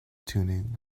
tuning